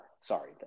Sorry